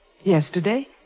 Yesterday